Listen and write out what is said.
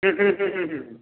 হুম হুম হুম হুম হুম হুম